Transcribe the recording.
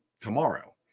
tomorrow